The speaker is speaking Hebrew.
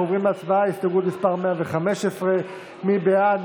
אנחנו עוברים להסתייגות מס' 114. מי בעד?